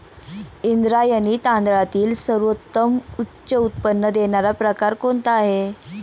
इंद्रायणी तांदळातील सर्वोत्तम उच्च उत्पन्न देणारा प्रकार कोणता आहे?